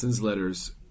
Letters